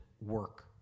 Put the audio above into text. work